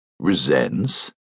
Resents